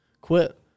quit